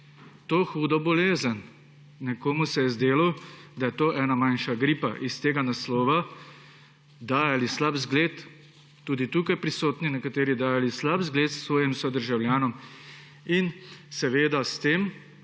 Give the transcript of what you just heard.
to hudo bolezen. Nekomu se je zdelo, da je to ena manjša gripa, iz tega naslova dajali slab zgled, tudi nekateri tukaj prisotni dajali slab zgled svojim sodržavljanom. In seveda s tem